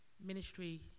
ministry